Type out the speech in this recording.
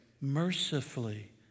mercifully